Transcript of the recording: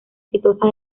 exitosa